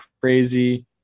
crazy